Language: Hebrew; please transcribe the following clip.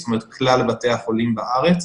זאת אומרת כלל בתי החולים בארץ,